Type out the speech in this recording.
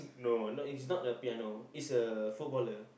no not it's not the piano it's a footballer